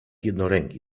jednoręki